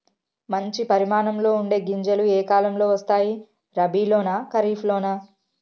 మంచి పరిమాణం ఉండే గింజలు ఏ కాలం లో వస్తాయి? రబీ లోనా? ఖరీఫ్ లోనా?